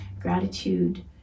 Gratitude